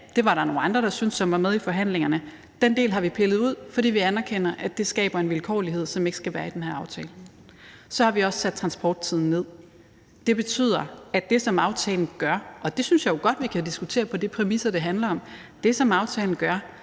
det var der nogle andre som var med i forhandlingerne som syntes – den del har vi pillet ud, fordi vi anerkender, at det skaber en vilkårlighed, som ikke skal være i den her aftale. Så har vi også sat transporttiden ned, og det betyder, at det, som aftalen gør – og det synes jeg jo godt vi kan diskutere på de præmisser, det handler om – er at sørge